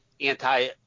anti